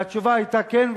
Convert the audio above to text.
והתשובה היתה כן.